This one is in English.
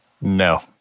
No